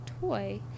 toy